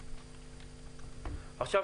עכשיו,